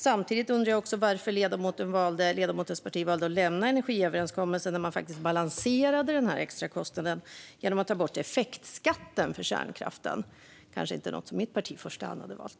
Samtidigt undrar jag varför ledamotens parti valde att lämna energiöverenskommelsen där man balanserade den extra kostnaden genom att ta bort effektskatten för kärnkraften. Det var kanske inte något som mitt parti i första hand hade valt.